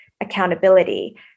accountability